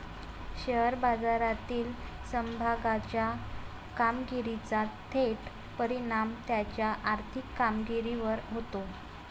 share बाजारातील समभागाच्या कामगिरीचा थेट परिणाम त्याच्या आर्थिक कामगिरीवर होतो